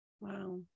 Wow